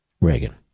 Reagan